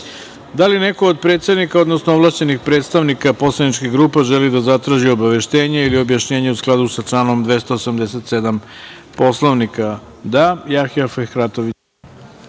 li neko od predsednika, odnosno ovlašćenih predstavnika poslaničkih grupa želi da zatraži obaveštenje ili objašnjenje u skladu sa članom 287. Poslovnika?